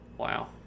Wow